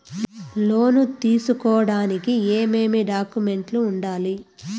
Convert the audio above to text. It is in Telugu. లోను తీసుకోడానికి ఏమేమి డాక్యుమెంట్లు ఉండాలి